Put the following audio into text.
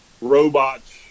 robots